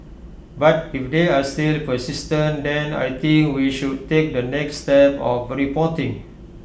but if they are still persistent then I think we should take the next step of reporting